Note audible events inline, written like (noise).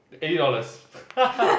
eighty dollars (laughs)